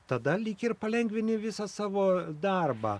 tada lyg ir palengvini visą savo darbą